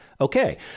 Okay